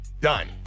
done